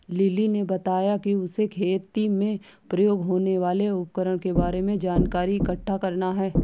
lily ने बताया कि उसे खेती में प्रयोग होने वाले उपकरण के बारे में जानकारी इकट्ठा करना है